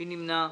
מי נמנע?